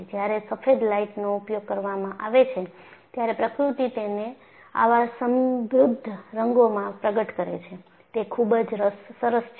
જ્યારે સફેદ લાઈટનો ઉપયોગ કરવામાં આવે છે ત્યારે પ્રકૃતિ તેને આવા સમૃદ્ધ રંગોમાં પ્રગટ કરે છે તે ખૂબ જ સરસ છે